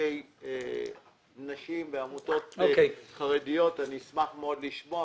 נציגי נשים ועמותות חרדיות ואני אשמח מאוד לשמוע.